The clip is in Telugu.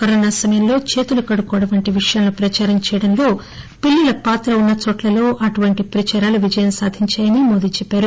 కరోనా సమయంలో చేతులుకడుక్కోవడం వంటి విషయాలను ప్రదారం చేయడంలో పిల్లల పాత్ర ఉన్నచోట్లలో అటువంటి ప్రదారాలు విజయం సాధించాయని మోదీ చెప్పారు